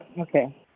Okay